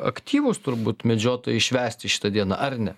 aktyvūs turbūt medžiotojai švęsti šitą dieną ar ne